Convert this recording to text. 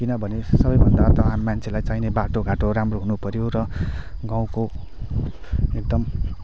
किनभने सबैभन्दा त मान्छेलाई चाहिने बाटो घाटो राम्रो हुनु पऱ्यो र गाउँको एकदम